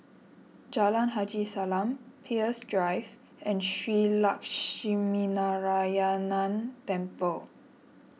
Jalan Haji Salam Peirce Drive and Shree Lakshminarayanan Temple